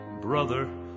Brother